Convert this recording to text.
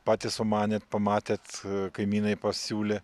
patys sumanėt pamatėt kaimynai pasiūlė